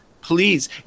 please